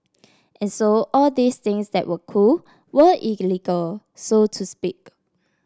and so all these things that were cool were illegal so to speak